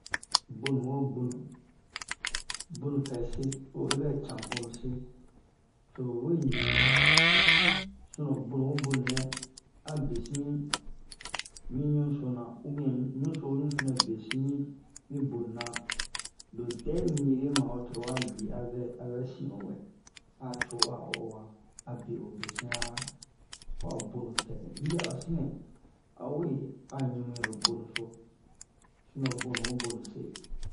bonu wo bonu bonupɛ se o oyi bɛ can bonu se toro we ɲi o sunon bonu wo bonu a besin mi mi ɲusona ou bien ɲuso wo ɲusonɛ besin mi mi bonu na lodɛ mire ma'o toro wa lui avɛ avɛ sin'o wɛ a co a o'owa abe'o besina ra ho'a bonupɛ hibɛ'a o sinɛ awe a ɲumuiro bonuso sinon bonu wo bonu se